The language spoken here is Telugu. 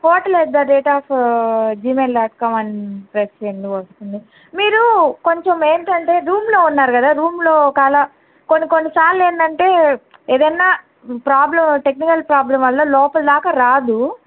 hotel at the rate of Gmail dot com అని టైప్ చేయండి వస్తుంది మీరు కొంచెం ఏంటంటే రూమ్లో ఉన్నారు కదా రూంలో ఒకవేళ కొన్ని కొన్నిసార్లు ఏంటి అంటే ఏదైనా ప్రాబ్లమ్ ప్రాబ్లమ్ టెక్నికల్ ప్రాబ్లమ్ వల్ల లోపలిదాక రాదు